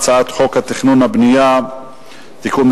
חוק לתיקון פקודת